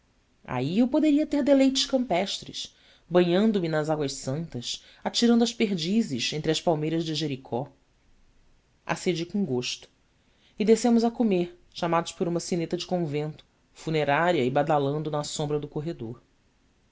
aí eu poderia ter deleites campestres banhando me nas águas santas atirando às perdizes entre as palmeiras de jericó acedi com gosto e descemos a comer chamados por uma sineta de convento funerária e badalando na sombra do corredor